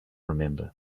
remember